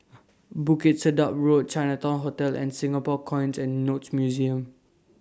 Bukit Sedap Road Chinatown Hotel and Singapore Coins and Notes Museum